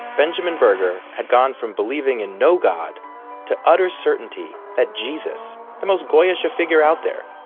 benjamin berger, had gone from believing in no god to utter certainty that jesus, the most goyishe figure out there,